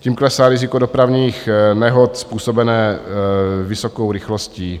Tím klesá riziko dopravních nehod způsobené vysokou rychlostí.